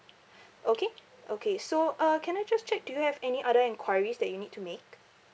okay okay so uh can I just check do you have any other enquiries that you need to make